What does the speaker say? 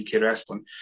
wrestling